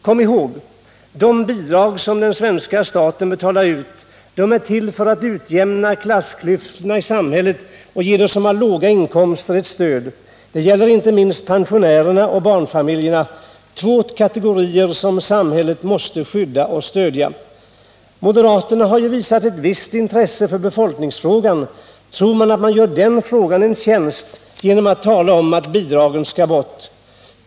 Kom ihåg att de bidrag som svenska staten betalar ut är till för att utjämna klassklyftorna i samhället och ge dem som har låga inkomster ett stöd! Det gäller inte minst pensionärerna och barnfamiljerna, två kategorier som samhället måste skydda och stödja. Moderaterna har ju visat ett visst intresse för befolkningsfrågan. Tror man att man gör den frågan en tjänst genom att tala om att bidragen skall bort?